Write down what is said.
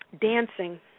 dancing